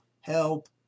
help